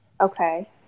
Okay